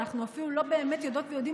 אנחנו אפילו לא באמת יודעות ויודעים